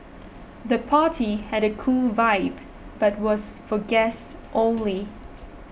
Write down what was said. the party had a cool vibe but was for guests only